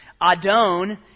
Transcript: Adon